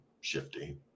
shifty